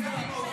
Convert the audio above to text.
אדוני השר,